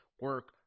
Work